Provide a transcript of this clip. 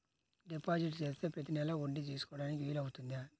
Deposit చేస్తే ప్రతి నెల వడ్డీ తీసుకోవడానికి వీలు అవుతుందా?